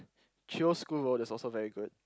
Chio's School Road is also very good